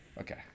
Okay